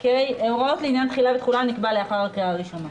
הוראות לעניין תחילה ותחולה נקבע לאחר הקריאה הראשונה.